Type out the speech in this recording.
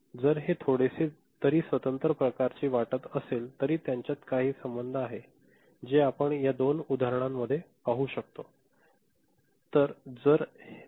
जरी हे थोडेसे तरी स्वतंत्र प्रकारची वाटत असेल तरी त्यांच्यात काही संबंध आहे जे आपण या दोन उदाहरणांमध्ये पाहू शकतो